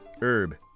herb